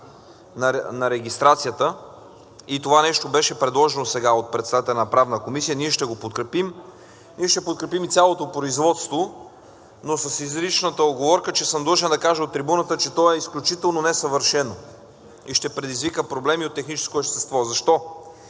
на регистрацията, и това нещо беше предложено сега от председателя на Правната комисия. Ние ще го подкрепим. Ние ще подкрепим и цялото производство, но с изричната уговорка, че съм длъжен да кажа от трибуната, че то е изключително несъвършено и ще предизвика проблеми от техническо естество. Защо?